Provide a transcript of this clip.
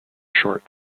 short